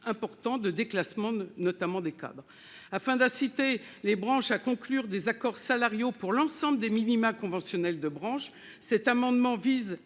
important de déclassement, notamment pour les cadres. Afin d'inciter les branches à conclure des accords salariaux pour l'ensemble des minima conventionnels de branche, cet amendement vise